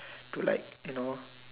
to like you know